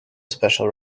special